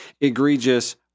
egregious